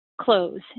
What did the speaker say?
close